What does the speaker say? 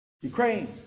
Ukraine